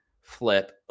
flip